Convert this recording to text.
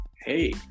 hey